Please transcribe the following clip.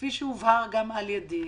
כפי שהובהר גם על ידי,